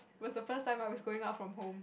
was the first time I was going out from home